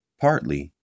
partly